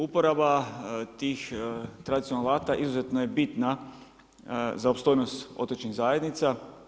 Uporaba tih tradicionalnih alata izuzetno je bitna za opstojnost otočnih zajednica.